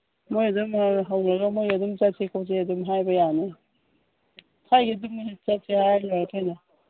ꯃꯣꯏ ꯑꯗꯨꯝ ꯍꯧꯔꯒ ꯃꯣꯏ ꯑꯗꯨꯝ ꯆꯠꯁꯤ ꯈꯣꯠꯁꯤ ꯑꯗꯨꯝ ꯍꯥꯏꯕ ꯋꯥꯅꯤ ꯆꯠꯁꯦ ꯍꯥꯏꯂꯣꯏꯔꯦ ꯀꯩꯅꯣ